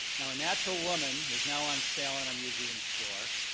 now, a natural woman who is now on sale in our museum store,